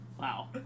Wow